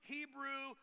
Hebrew